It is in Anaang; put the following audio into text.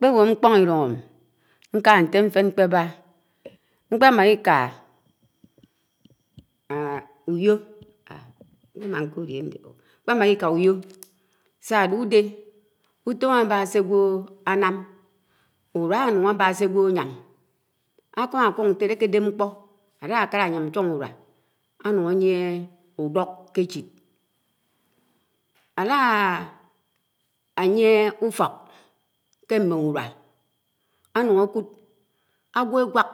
. ḱpew̱o̱ ńkpo̱n ílung àmi̱ ńtefeṉ ńkèba̱ n̄kpèma iḱa ùyo̱ śa àde̱ ùde̱ ùde̱ ùto̱m àbu s̱e àyam̱ àkamá aḱuk ńtele̱ ákedèp̱ ńkpo̱ àlakàla̱ àyan n̄choṉ ùrua ànun àyie údo̱k ké èchit ãla àyie úfo̱f ḱe m̄mem ùrua, ànun àkud àgwo̱ ewak